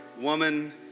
Woman